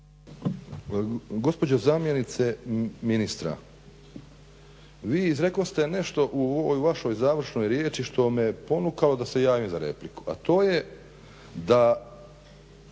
Gospođo zamjenice ministra, vi izrekoste nešto u ovoj vašoj završnoj riječi što me ponukalo da se javim za repliku, a to je da